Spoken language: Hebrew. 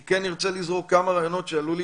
אני כן ארצה לזרוק כמה רעיונות שעלו לי